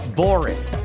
boring